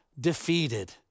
defeated